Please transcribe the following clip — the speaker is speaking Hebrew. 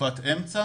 תקופת אמצע